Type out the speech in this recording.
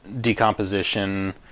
Decomposition